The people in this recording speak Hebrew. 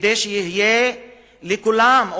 וכדי שיהיה לכולם,